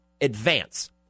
advance